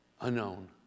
unknown